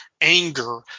anger